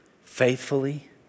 faithfully